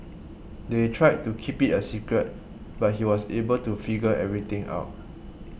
they tried to keep it a secret but he was able to figure everything out